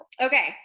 Okay